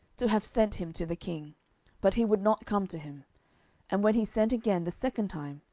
to have sent him to the king but he would not come to him and when he sent again the second time,